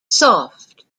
soft